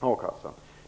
a-kassan.